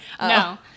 No